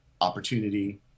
opportunity